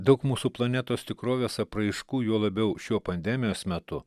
daug mūsų planetos tikrovės apraiškų juo labiau šiuo pandemijos metu